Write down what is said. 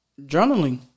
journaling